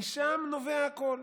משם נובע הכול,